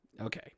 Okay